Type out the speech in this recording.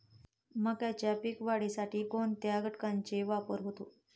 मक्याच्या पीक वाढीसाठी कोणत्या पोषक घटकांचे वापर होतो?